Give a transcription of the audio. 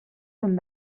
cent